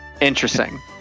interesting